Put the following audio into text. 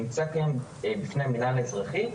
נמצא כיום בפני המינהל האזרחי,